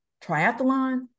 triathlon